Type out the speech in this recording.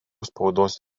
spaudos